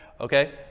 Okay